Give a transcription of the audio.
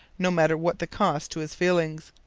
no matter what the cost to his feelings.